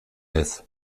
heß